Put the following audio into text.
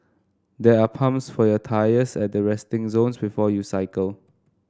there are pumps for your tyres at the resting zones before you cycle